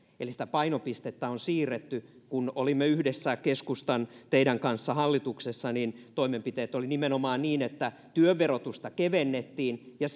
eli sitä painopistettä on siirretty kun olimme yhdessä teidän kanssanne hallituksessa niin toimenpiteet olivat nimenomaan ne että työn verotusta kevennettiin ja